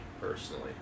personally